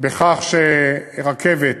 בכך שרכבת